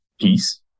peace